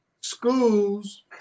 Schools